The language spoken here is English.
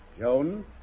Joan